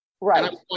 Right